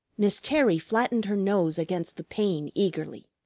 miss terry flattened her nose against the pane eagerly.